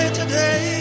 today